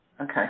Okay